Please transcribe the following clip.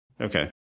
Okay